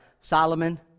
Solomon